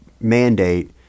mandate